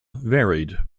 varied